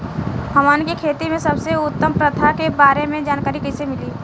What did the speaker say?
हमन के खेती में सबसे उत्तम प्रथा के बारे में जानकारी कैसे मिली?